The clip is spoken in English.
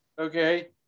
okay